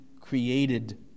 created